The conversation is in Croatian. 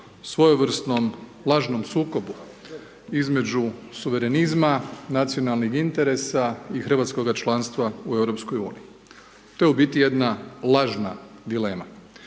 svojevrsnom lažnom sukobu između suverenizma, nacionalnih interesa i hrvatskoga članstva u EU. To je u biti jedna lažna dilema.